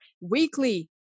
weekly